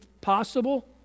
possible